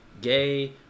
gay